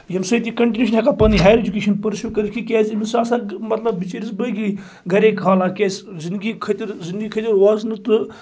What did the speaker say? ییٚمہِ سۭتۍ یہِ کَنٹنیو چھِنہٕ ہیٚکان پَنٕنۍ ہایر ایٚجوکیشن پٔرسو کٔرتھ کیٚنٛہہ کیازِ أمس چھُ آسان مطلب بِچارس باقٕے گرٕکۍ حالات کیازِ زنٛدگی کھٔت زنٛدگی خٲطرٕ روزنہٕ تہٕ